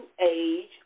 age